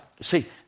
see